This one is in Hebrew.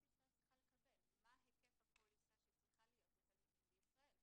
ישראל צריכה לקבל מה היקף הפוליסה שצריכה להיות לתלמידים בישראל.